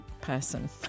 person